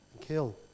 kill